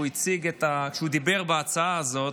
שדיבר בהצעה הזאת,